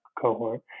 cohort